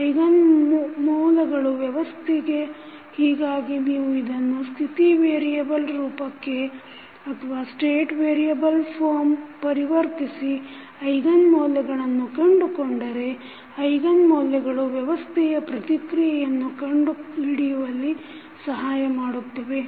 ಐರ ನ್ ಮೂಲಗಳು ವ್ಯವಸ್ಥೆಯ ಹೀಗಾಗಿ ನೀವು ಇದನ್ನು ಸ್ಥಿತಿ ವೇರಿಯಬಲ್ ರೂಪಕ್ಕೆ ಪರಿವರ್ತಿಸಿ ಐಗನ್ ಮೌಲ್ಯಗಳನ್ನು ಕಂಡುಕೊಂಡರೆ ಐಗನ್ ಮೌಲ್ಯಗಳು ವ್ಯವಸ್ಥೆಯ ಪ್ರತಿಕ್ರಿಯೆಯನ್ನು ಕಂಡುಹಿಡಿಯುವಲ್ಲಿ ಸಹಾಯ ಮಾಡುತ್ತದೆ